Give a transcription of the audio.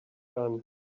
gun